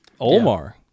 Omar